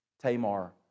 Tamar